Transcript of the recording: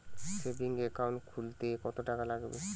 Savings account খুলতে কতটাকা লাগবে?